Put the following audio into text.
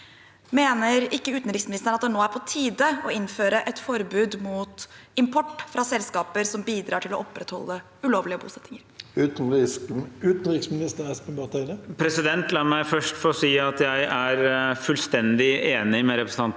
Er ikke utenriksministeren enig i at det er på tide å innføre et forbud mot import fra selskaper som bidrar til å opprettholde ulovlige bosettinger?» Utenriksminister Espen Barth Eide La meg først få si at jeg er fullstendig enig med representanten